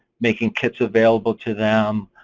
making kits available to them,